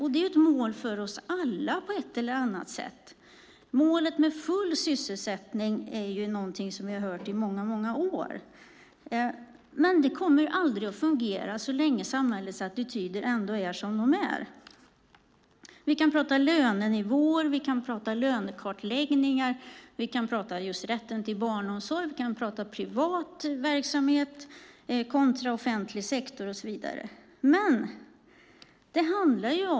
Det är ett mål för oss alla på ett eller annat sätt. Målet med full sysselsättning är något vi har hört i många år, men det kommer aldrig att fungera så länge samhällets attityder är som de är. Vi kan prata lönenivåer, lönekartläggningar, rätten till barnomsorg, privat verksamhet kontra offentlig sektor och så vidare.